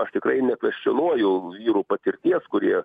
aš tikrai nekvescionuoju vyrų patirties kurie